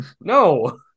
No